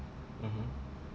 mmhmm